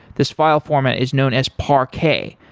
this file format is known as parquet.